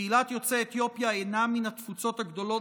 קהילת יוצאי אתיופיה אינה מן התפוצות הגדולות